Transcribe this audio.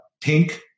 pink